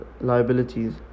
liabilities